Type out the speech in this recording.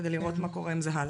כדי לראות מה קורה עם זה הלאה.